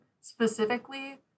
specifically